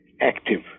active